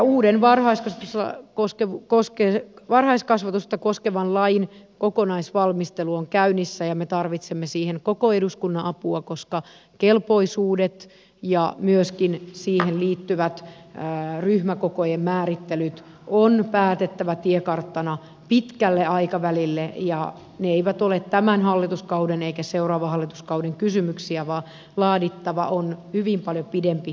uuden varhaiskasvatusta koskevan lain kokonaisvalmistelu on käynnissä ja me tarvitsemme siihen koko eduskunnan apua koska kelpoisuudet ja myöskin siihen liittyvät ryhmäkokojen määrittelyt on päätettävä tiekarttana pitkälle aikavälille ja ne eivät ole tämän hallituskauden eivätkä seuraavan hallituskauden kysymyksiä vaan on laadittava hyvin paljon pidempi tiekartta